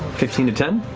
fifteen to ten.